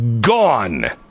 gone